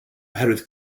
oherwydd